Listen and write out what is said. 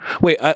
Wait